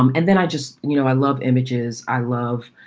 um and then i just, you know, i love images. i love,